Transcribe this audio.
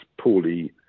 poorly